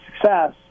success